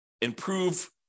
improve